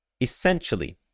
essentially